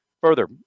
Further